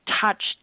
touched